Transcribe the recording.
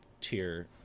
tier